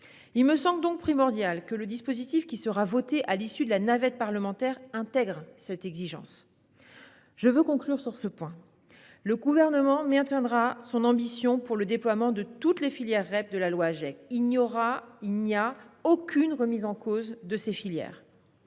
Il me semble primordial que le dispositif qui sera voté à l'issue de la navette parlementaire intègre cette exigence. Pour conclure sur ce point, le Gouvernement maintiendra son ambition dans le déploiement de toutes les filières REP de la loi Agec et il n'y aura aucune remise en cause de ces filières.